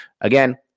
again